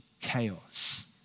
chaos